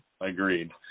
Agreed